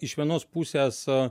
iš vienos pusės